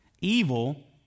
evil